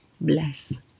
Bless